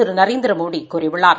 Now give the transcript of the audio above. திரு நரேந்திரமோடி கூறியுள்ளார்